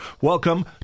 Welcome